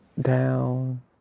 down